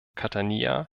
catania